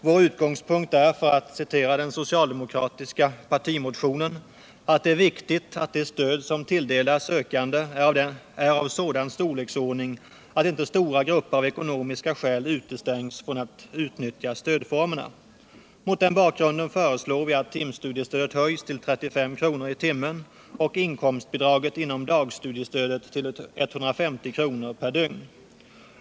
Vår utgångspunkt är, för att citera den socialdemokratiska partimotionen, ”att det är viktigt att de stöd som tilldelas sökande är av sådan storleksordning att inte stora grupper av ekonomiska skäl utestängs från att utnyttja stödformerna”. Mot den bakgrunden föreslår vi att timstudiestödet höjs till 35 kr. i timmen och inkomstbidraget inom dagstudiestödet till 150 kr. per dygn.